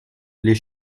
les